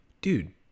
Dude